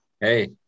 Hey